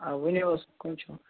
آ ؤنِو حظ کٔم چھِو